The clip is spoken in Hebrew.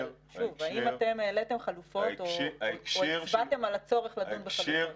אבל האם העליתם חלופות או הצבעתם על הצורך לדון בחלופות?